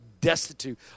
destitute